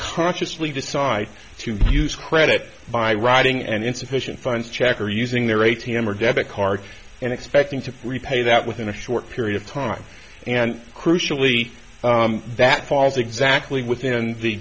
consciously decide to use credit by riding an insufficient funds check or using their a t m or debit card and expecting to repay that within a short period of time and crucially that falls exactly within the